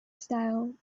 style